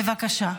בבקשה.